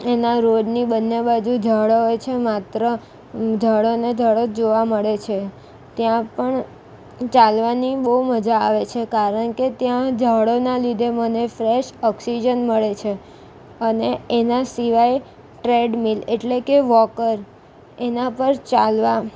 એના રોડની બંને બાજુ ઝાડો હોય છે માત્ર ઝાડોને ઝાડો જ જોવા મળે છે ત્યાં પણ ચાલવાની બહું મજા આવે છે કારણ કે ત્યાં ઝાડોના લીધે મને ફ્રેશ ઑક્સીજન મળે છે અને એના સિવાય ટ્રેડમિલ એટલે કે વોકર એના પર ચાલવા